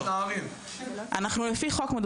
לפי חוק,